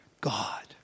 God